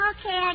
Okay